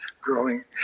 growing